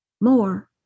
more